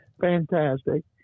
fantastic